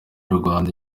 y’urwanda